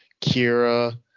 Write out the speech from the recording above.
Kira